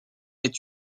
est